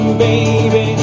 baby